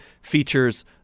features